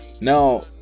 now